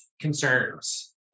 concerns